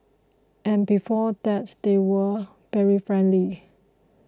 and before that they were very friendly